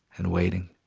and waiting